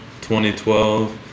2012